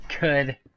Good